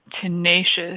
tenacious